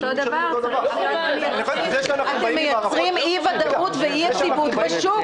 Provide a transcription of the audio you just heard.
אתם מייצרים אי-ודאות ואי-יציבות בשוק.